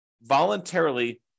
voluntarily